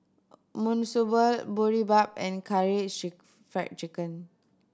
Monsunabe Boribap and Karaage Fried Chicken